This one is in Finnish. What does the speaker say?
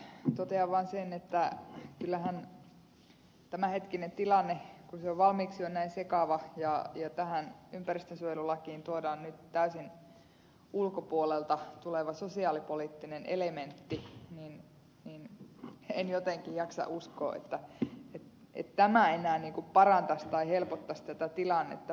totean vaan sen että kun tämänhetkinen tilanne on valmiiksi jo näin sekava ja tähän ympäristönsuojelulakiin tuodaan nyt täysin ulkopuolelta tuleva sosiaalipoliittinen elementti en jotenkin jaksa uskoa että tämä enää parantaisi tai helpottaisi tätä tilannetta päinvastoin